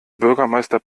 bürgermeister